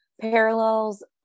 parallels